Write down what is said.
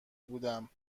بودم